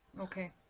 okay